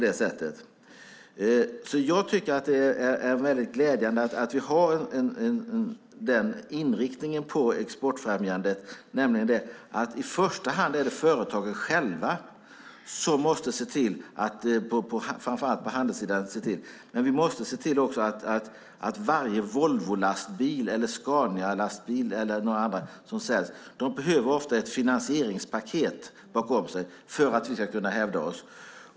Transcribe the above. Jag tycker alltså att det är väldigt glädjande att vi har den inriktningen på exportfrämjandet, nämligen att det i första hand är företagen själva, framför allt på handelssidan, som måste se till detta. Men vi måste också se att varje Volvo eller Scanialastbil eller något annat som säljs ofta behöver ett finansieringspaket bakom sig för att vi ska kunna hävda oss.